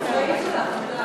איזה מגפיים יפים.